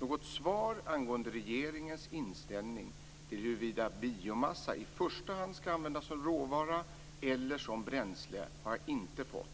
Något svar angående regeringens inställning till huruvida biomassa i första hand skall användas som råvara eller som bränsle har jag inte fått.